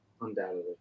undoubtedly